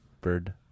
Bird